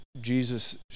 Jesus